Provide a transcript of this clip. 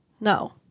No